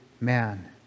man